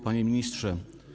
Panie Ministrze!